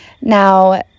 Now